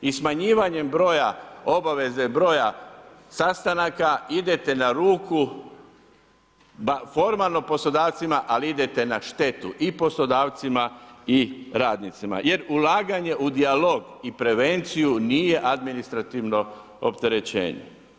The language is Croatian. I smanjivanjem broja obaveze, broja sastanaka idete na ruku formalno poslodavcima, ali idete na štetu i poslodavcima i radnicima jer ulaganje u dijalog i prevenciju nije administrativno opterećenje.